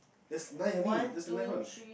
there's nine only there's the nine one